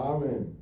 Amen